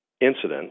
incident